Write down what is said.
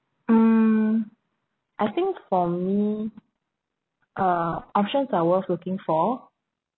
mm I think for me uh options I was looking for